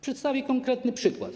Przedstawię konkretny przykład.